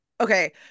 Okay